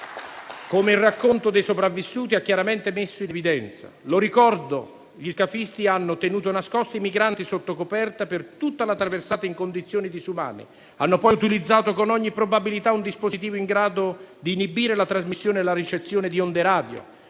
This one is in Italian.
come il racconto dei sopravvissuti ha chiaramente messo in evidenza. Lo ricordo: gli scafisti hanno tenuto nascosti i migranti sottocoperta per tutta la traversata, in condizioni disumane; hanno poi utilizzato, con ogni probabilità, un dispositivo in grado di inibire la trasmissione e la ricezione di onde radio;